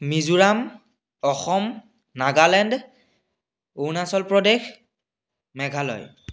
Mizoram Assam Nagaland Arunachal Pradesh Meghalaya